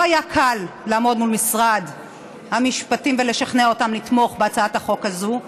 לא היה קל לעמוד מול משרד המשפטים ולשכנע אותם לתמוך בהצעת החוק הזאת.